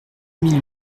mille